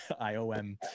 IOM